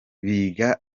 biga